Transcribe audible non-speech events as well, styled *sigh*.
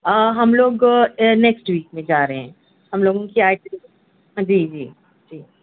آ ہم لوگ next week میں جا رہے ہیں ہم لوگوں کی *unintelligible* جی جی